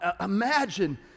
imagine